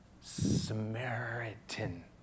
Samaritan